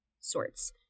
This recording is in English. sorts